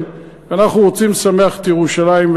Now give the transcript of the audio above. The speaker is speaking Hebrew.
אנחנו רוצים לשמח את ירושלים,